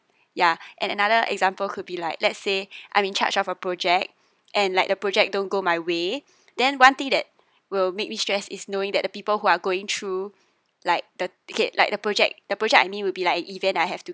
ya and another example could be like let's say I'm in charge of a project and like the project don't go my way then one thing that will make me stress is knowing that the people who are going through like the okay like the project the project I need will be like an event I have to